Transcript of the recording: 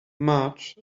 march